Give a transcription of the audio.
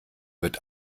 wird